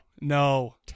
No